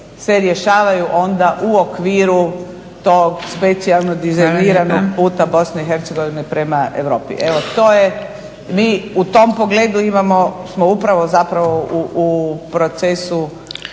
se rješavaju onda u okviru tog specijalno dizajniranog puta BIH prema Europi. Evo to je, mi u tom pogledu imamo, smo upravo zapravo u procesu